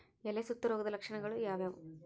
ಎಲೆ ಸುತ್ತು ರೋಗದ ಲಕ್ಷಣ ಯಾವ್ಯಾವ್?